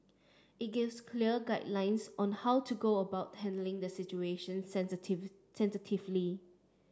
it gives clear guidelines on how to go about handling the situation sensitively